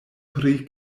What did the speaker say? pri